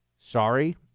sorry